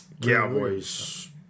Cowboys